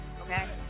Okay